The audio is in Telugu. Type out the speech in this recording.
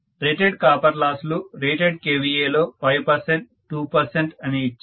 రేటెడ్ కాపర్ లాస్ లు రేటెడ్ kVA లో 5 2 అని ఇచ్చారు